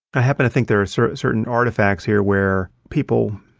i happen to think there are certain certain artifacts here where people,